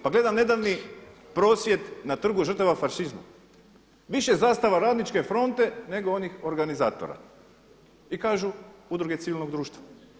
Pa gledam nedavni prosvjed na Trgu žrtava fašizma, više zastava radničke fronte nego onih organizatora i kažu udruge civilnog društva.